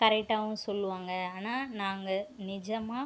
கரெட்டாகவும் சொல்லுவாங்க ஆனால் நாங்கள் நிஜமாக